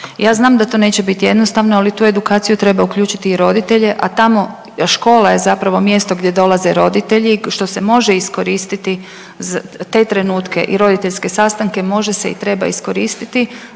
Ja znam da to neće biti jednostavno, ali u tu edukaciju treba uključiti i roditelje, a tamo škola je zapravo mjesto gdje dolaze roditelji što se može iskoristiti te trenutke i roditeljske sastanke može se i treba iskoristiti